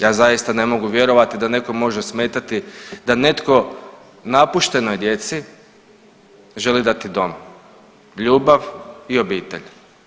Ja zaista ne mogu vjerovati da nekome može smetati da netko napuštenoj djeci želi dati dom, ljubav i obitelj.